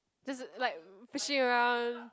just a like fishing around